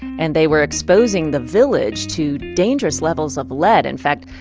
and they were exposing the village to dangerous levels of lead. in fact,